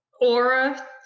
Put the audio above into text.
aura